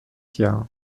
jahr